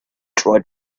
tried